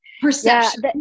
Perception